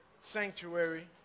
sanctuary